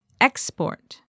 Export